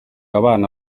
abana